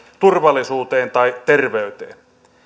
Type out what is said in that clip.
turvallisuuteen tai terveyteen